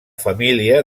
família